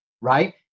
right